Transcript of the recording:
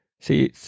see